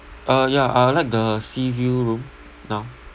uh yeah I would like the sea view room now